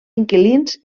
inquilins